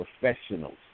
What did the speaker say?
professionals